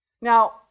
Now